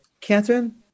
Catherine